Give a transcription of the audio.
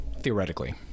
theoretically